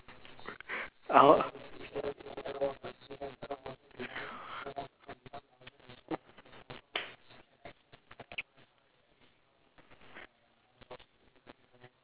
oh